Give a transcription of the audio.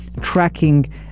tracking